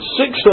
six